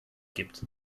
gibt